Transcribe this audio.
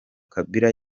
kabila